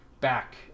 back